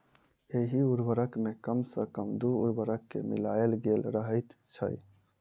एहि उर्वरक मे कम सॅ कम दू उर्वरक के मिलायल गेल रहैत छै